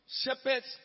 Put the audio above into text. Shepherds